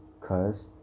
cause